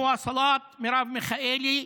ואעקוב אחרי זה עם שרת התחבורה מרב מיכאלי,